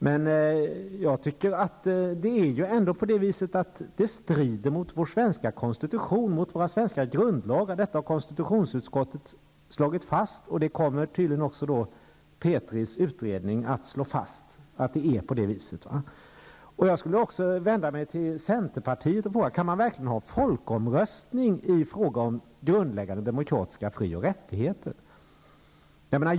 Men jag tycker ändå att det strider mot vår svenska konstitution, mot våra svenska grundlagar. Detta har konstitutionsutskottet slagit fast, och det kommer tydligen också Petris utredning att slå fast. Jag skulle också vilja vända mig till centerpartiet och fråga: Kan man verkligen ha folkomröstning i fråga om grundläggande demokratiska fri och rättigheter?